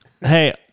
Hey